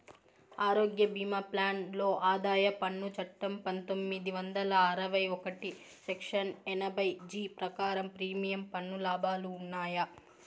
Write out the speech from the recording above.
ఆరోగ్య భీమా ప్లాన్ లో ఆదాయ పన్ను చట్టం పందొమ్మిది వందల అరవై ఒకటి సెక్షన్ ఎనభై జీ ప్రకారం ప్రీమియం పన్ను లాభాలు ఉన్నాయా?